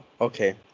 Okay